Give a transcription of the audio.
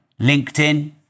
LinkedIn